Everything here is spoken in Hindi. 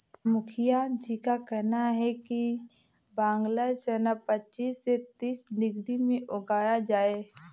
मुखिया जी का कहना है कि बांग्ला चना पच्चीस से तीस डिग्री में उगाया जाए